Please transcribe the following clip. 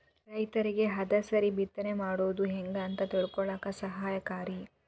ರೈತರಿಗೆ ಹದಸರಿ ಬಿತ್ತನೆ ಮಾಡುದು ಹೆಂಗ ಅಂತ ತಿಳಕೊಳ್ಳಾಕ ಸಹಾಯಕಾರಿ